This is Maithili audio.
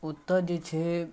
ओतऽ जे छै